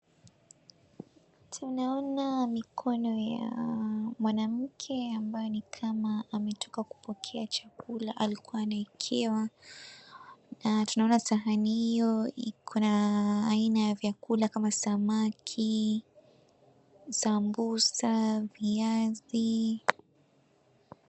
Tunaona mikono ya mwanamke ambaye ni kama ametoka kupokea chakula alikuwa anaekewa na tunaona sahani hiyo iko na aina ya vyakula kama samaki, sambusa, viazi.